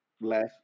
last